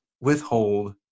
withhold